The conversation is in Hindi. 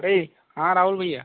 हाँ राहुल भैया